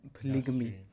polygamy